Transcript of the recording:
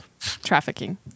trafficking